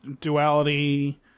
Duality